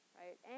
right